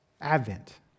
Advent